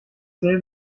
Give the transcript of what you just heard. sehr